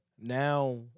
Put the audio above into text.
now